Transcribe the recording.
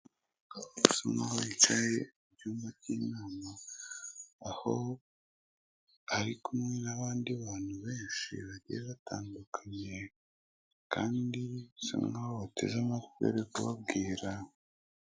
Umugabo usa nk'aho yicaye mu cyumba cy'inama, aho ari kumwe n'abandi bantu benshi bagiye batandukanye kandi bisa nk'aho bateze amatwi uri kubabwira.